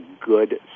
good